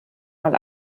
mal